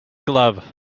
glove